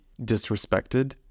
disrespected